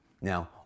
Now